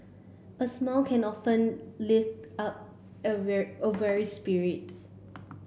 a smile can often lift up a wear a weary spirit